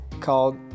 called